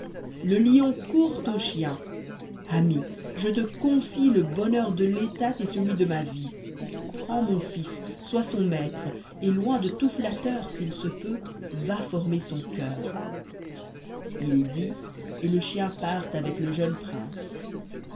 le lion court au chien ami je te confie le bonheur de l'état et celui de ma vie prends mon fils sois son maître et loin de tout flatteur s'il se peut va former son coeur il dit et lé chien part avec le jeune prince